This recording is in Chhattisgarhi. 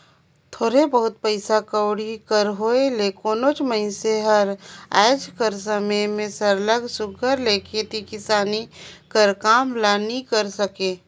थोर बहुत पइसा कउड़ी कर होए ले कोनोच मइनसे हर आएज कर समे में सरलग सुग्घर ले खेती किसानी कर काम ल नी करे सके